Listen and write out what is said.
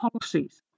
policies